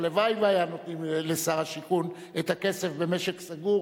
הלוואי שהיו נותנים לשר השיכון את הכסף במשק סגור